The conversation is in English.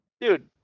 Dude